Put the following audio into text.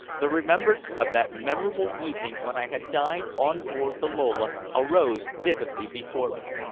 the remembrance of that memorable evening when i had dined on board the lola arose vividly before me.